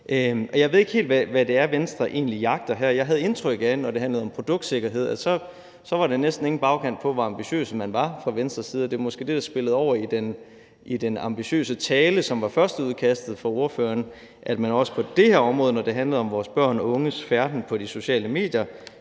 jeg ved ikke helt, hvad det egentlig er, Venstre jagter her. Jeg havde indtryk af, at der, når det handlede om produktsikkerhed, så næsten ingen bagkant var på, hvor ambitiøse man var fra Venstres side, og det var måske det, der spillede over i den ambitiøse tale, som var førsteudkastet fra ordføreren, altså at man også på det her område, når det handlede om vores børn og unges færden på de sociale medier,